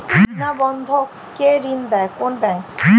বিনা বন্ধক কে ঋণ দেয় কোন ব্যাংক?